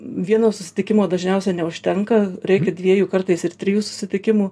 vieno susitikimo dažniausia neužtenka reikia dviejų kartais ir trijų susitikimų